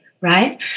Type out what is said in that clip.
right